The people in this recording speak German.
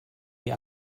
die